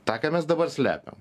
tą ką mes dabar slepiam